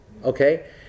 okay